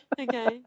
Okay